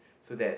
so that